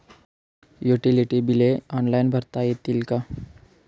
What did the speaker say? Utility बिले online भरता येतील का?